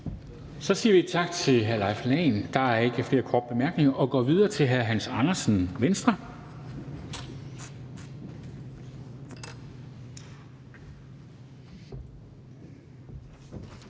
Så siger vi tak til hr. Leif Lahn Jensen. Der er ikke flere korte bemærkninger. Vi går videre til hr. Hans Andersen, Venstre.